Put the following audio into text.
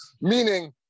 meaning